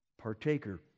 partaker